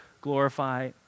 glorify